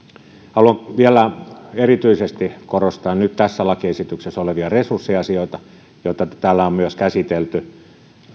haluan vielä erityisesti korostaa nyt tässä lakiesityksessä olevia resurssiasioita joita täällä on myös käsitelty